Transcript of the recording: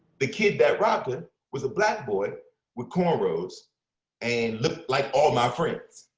the kid that robbed her was a black boy with corn rows and looked like all my friends.